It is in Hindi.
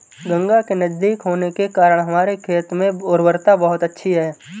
गंगा के नजदीक होने के कारण हमारे खेत में उर्वरता बहुत अच्छी है